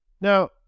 Now